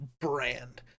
brand